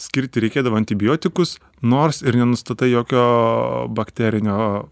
skirti reikėdavo antibiotikus nors ir nenustatai jokio bakterinio